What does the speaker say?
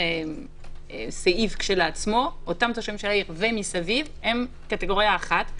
זה סעיף כשלעצמו אותם תושבי העיר ומסביב הם קטגוריה אחת.